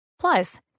Plus